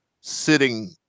sitting